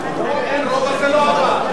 אין רוב, אז זה לא עבר.